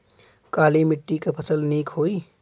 काली मिट्टी क फसल नीक होई?